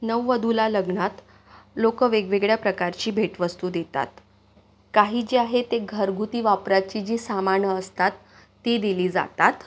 नववधूला लग्नात लोक वेगवेगळया प्रकारची भेटवस्तू देतात काही जे आहे ते घरगुती वापराची जी सामान असतात ती दिली जातात